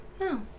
No